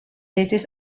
bases